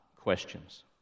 questions